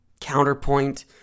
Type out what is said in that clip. counterpoint